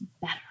better